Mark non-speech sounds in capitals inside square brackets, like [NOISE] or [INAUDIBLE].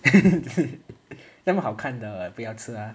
[LAUGHS] 那么好看的不要吃啊